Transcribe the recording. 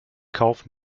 kauf